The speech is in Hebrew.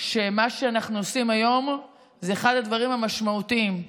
שמה שאנחנו עושים היום זה אחד הדברים המשמעותיים.